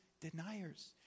deniers